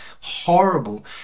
horrible